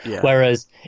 Whereas